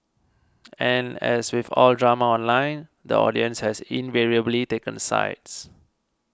and as with all drama online the audience has invariably taken sides